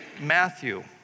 Matthew